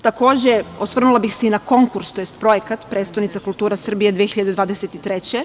Takođe, osvrnula bih se i na konkurs, tj. projekat „Prestonica kultura Srbije 2023“